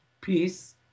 peace